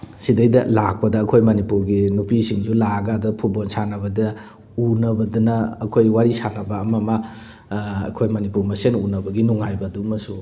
ꯁꯤꯗꯩꯗ ꯂꯥꯛꯄꯗ ꯑꯩꯈꯣꯏ ꯃꯅꯤꯄꯨꯔꯒꯤ ꯅꯨꯄꯤꯁꯤꯡꯁꯨ ꯂꯥꯛꯑꯒ ꯑꯗ ꯐꯨꯠꯕꯣꯜ ꯁꯥꯟꯅꯕꯗ ꯎꯅꯕꯗꯅ ꯑꯩꯈꯣꯏ ꯋꯥꯔꯤ ꯁꯥꯟꯅꯕ ꯑꯃꯃ ꯑꯩꯈꯣꯏ ꯃꯅꯤꯄꯨꯔ ꯃꯁꯦꯟ ꯎꯅꯕꯒꯤ ꯅꯨꯡꯉꯥꯏꯕꯗꯨꯃꯁꯨ